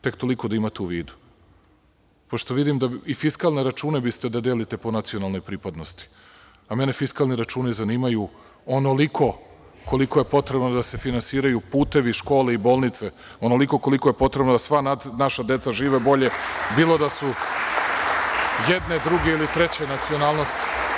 Tek toliko da imate u vidu, pošto vidim da biste i fiskalne račune da delite po nacionalnoj pripadnosti, a mene fiskalni računi zanimaju onoliko koliko je potrebno da se finansiraju putevi, škole i bolnice, onoliko koliko je potrebno da sva naša deca žive bolje, bilo da su jedne, druge ili treće nacionalnosti.